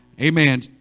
Amen